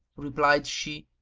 replied she,